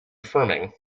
affirming